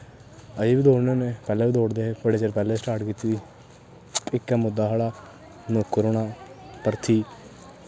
अजें बी दौड़ने होन्ने पैह्लें बी दौड़दे हो बड़े चिर पैह्लें स्टार्ट कीती इक्कै मुद्दा साढ़ा नौकर होना भर्थी